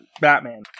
Batman